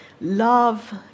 Love